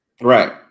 right